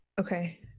Okay